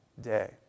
day